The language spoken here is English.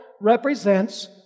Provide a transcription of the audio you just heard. represents